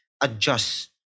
adjust